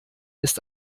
ist